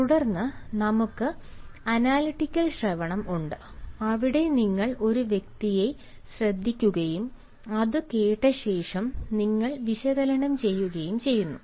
തുടർന്ന് നമുക്ക് അനലറ്റിക്കൽ ശ്രവണം ഉണ്ട് അവിടെ നിങ്ങൾ ഒരു വ്യക്തിയെ ശ്രദ്ധിക്കുകയും അത് കേട്ട ശേഷം നിങ്ങൾ വിശകലനം ചെയ്യുകയും ചെയ്യുന്നു